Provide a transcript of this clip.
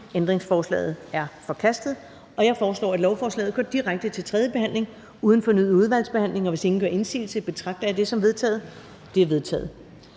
udvalget? De er vedtaget. Jeg foreslår, at lovforslaget går direkte til tredje behandling uden fornyet udvalgsbehandling. Hvis ingen gør indsigelse, betragter jeg dette som vedtaget. Det er vedtaget.